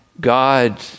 God